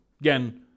again